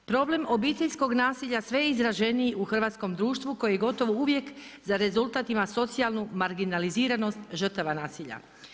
Problem obiteljskog nasilja sve je izraženiji u hrvatskom društvu koji gotovo uvijek za rezultat ima socijalnu marginaliziranost žrtava nasilja.